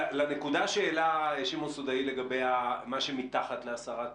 לנקודה שהעלה שמעון סודאי לגבי מה שמתחת ל-10 טון?